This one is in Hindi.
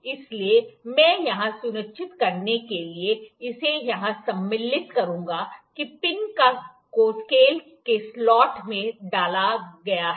इसलिए मैं यह सुनिश्चित करने के लिए इसे यहां सम्मिलित करूंगा कि पिन को स्केल के स्लॉट में डाला गया है